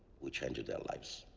we changed their lives.